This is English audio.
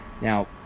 Now